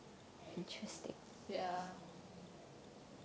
ya